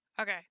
Okay